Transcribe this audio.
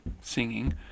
singing